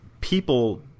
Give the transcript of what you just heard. people